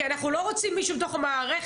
כי אנחנו לא רוצים מישהו מתוך המערכת,